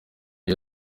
iyi